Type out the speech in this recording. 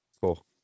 Cool